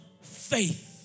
faith